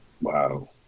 Wow